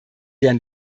deren